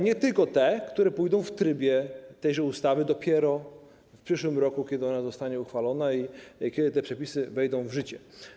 Nie tylko te, które pójdą w trybie tej ustawy dopiero w przyszłym roku, kiedy zostanie ona uchwalona i kiedy te przepisy wejdą w życie.